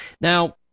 Now